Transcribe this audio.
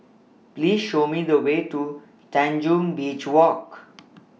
Please Show Me The Way to Tanjong Beach Walk